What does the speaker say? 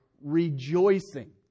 rejoicing